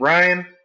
Ryan